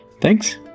Thanks